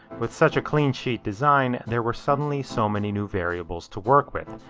with such a clean sheet design, there were suddenly so many new variables to work with.